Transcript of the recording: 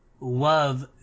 love